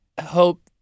hope